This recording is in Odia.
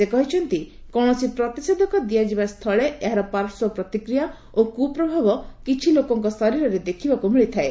ସେ କହିଛନ୍ତି କୌଣସି ପ୍ରତିଷେଧକ ଦିଆଯିବା ସ୍ଥଳେ ଏହାର ପାର୍ଶ୍ୱ ପ୍ରତିକ୍ରିୟା ଓ କୁପ୍ରଭାବ କିଛି ଲୋକଙ୍କ ଶରୀରରେ ଦେଖିବାକୁ ମିଳିଥାଏ